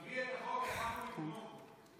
תביאי את החוק, אנחנו נתמוך בו.